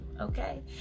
okay